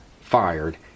fired